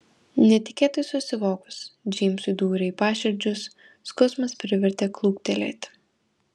netikėtai susivokus džeimsui dūrė į paširdžius skausmas privertė kluptelėti